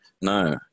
no